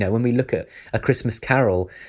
yeah when we look at a christmas carol,